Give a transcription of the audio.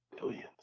Billions